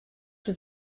was